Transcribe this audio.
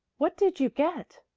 what did you get?